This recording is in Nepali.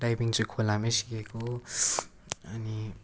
डाइभिङ चाहिँ खोलामै सिकेको अनि